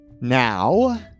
Now